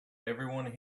everyone